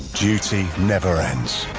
duty never ends.